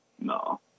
No